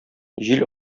җил